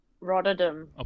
Rotterdam